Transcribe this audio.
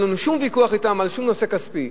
אין לנו שום ויכוח אתם על שום נושא כספי.